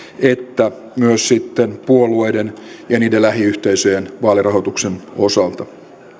että puolueiden ja niiden lähiyhteisöjen vaalirahoituksen osalta